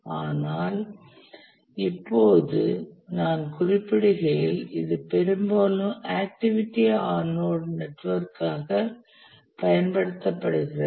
ஆனால் இப்போது நான் குறிப்பிடுகையில் இது பெரும்பாலும் ஆக்டிவிட்டி ஆன் நோட் நெட்வொர்க்காக பயன்படுத்தப்படுகிறது